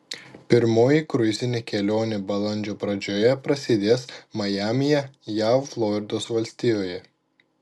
pirmoji kruizinė kelionė balandžio pradžioje prasidės majamyje jav floridos valstijoje